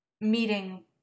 meeting